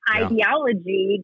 ideology